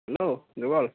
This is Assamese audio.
হেল্ল' যুগল